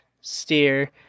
Steer